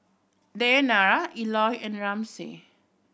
Dayanara Eloy and Ramsey